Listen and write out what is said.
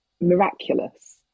miraculous